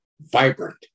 vibrant